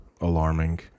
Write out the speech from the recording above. alarming